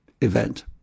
event